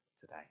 today